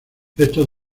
estos